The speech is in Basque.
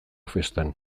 festan